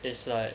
it's like